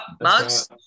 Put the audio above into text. Mugs